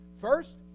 First